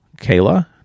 Kayla